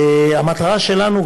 המטרה שלנו,